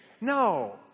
no